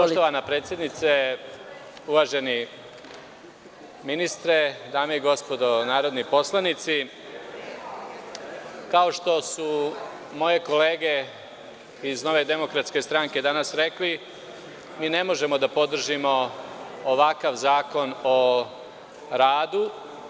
Poštovana predsednice, uvaženi ministre, dame i gospodo narodni poslanici, kao što su moje kolege iz NDS danas rekli, mi ne možemo da podržimo ovakav zakon o radu.